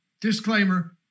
disclaimer